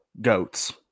goats